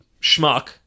schmuck